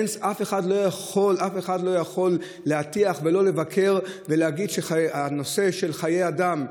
אף אחד לא יכול להטיח או לבקר ולהגיד שהנושא של חיי אדם,